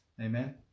Amen